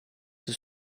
his